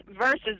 versus